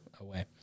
away